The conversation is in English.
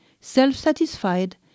Self-satisfied